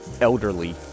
elderly